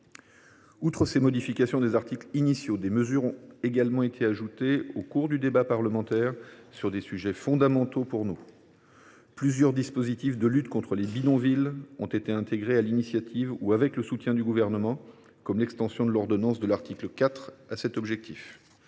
Outre ces modifications des articles initiaux, des mesures ont également été ajoutées au cours du débat parlementaire, sur des sujets fondamentaux pour nous. Plusieurs dispositifs de lutte contre les bidonvilles ont été intégrés, sur l’initiative ou avec le soutien du Gouvernement, comme l’extension du champ de l’ordonnance de l’article 4 ou